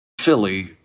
Philly